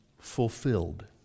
fulfilled